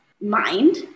mind